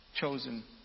chosen